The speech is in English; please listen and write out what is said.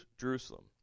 Jerusalem